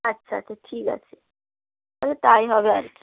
আচ্ছা আচ্ছা ঠিক আছে তবে তাই হবে আর কি